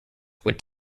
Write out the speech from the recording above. would